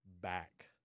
back